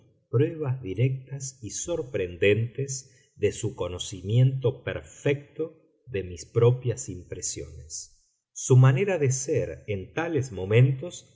pruebas directas y sorprendentes de su conocimiento perfecto de mis propias impresiones su manera de ser en tales momentos